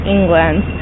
England